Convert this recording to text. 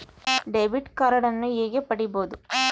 Debit ಕಾರ್ಡನ್ನು ಹೇಗೆ ಪಡಿಬೋದು?